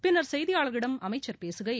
பின்னர் செய்தியாளர்களிடம் அமைச்சர் பேசுகையில்